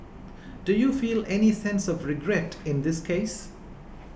do you feel any sense of regret in this case